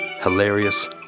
hilarious